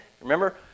Remember